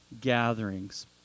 gatherings